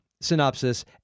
synopsis